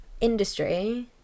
industry